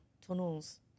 tunnels